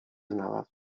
znalazł